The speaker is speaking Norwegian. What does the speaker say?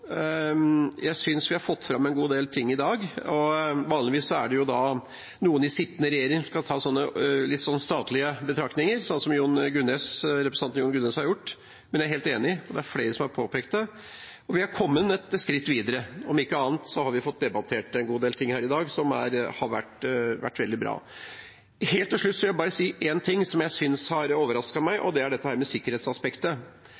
jeg er glad for debatten, jeg også. Jeg synes vi har fått fram en god del ting i dag. Vanligvis er det noen i sittende regjering som skal ta litt sånne statlige betraktninger som representanten Jon Gunnes har gjort. Men jeg er helt enig. Det er flere som har påpekt dette. Og vi har kommet et skritt videre. Om ikke annet har vi fått debattert en god del ting her i dag som har vært veldig bra. Helt til slutt vil jeg bare si en ting som har overrasket meg, og det er dette med sikkerhetsaspektet. Jeg synes